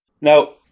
Now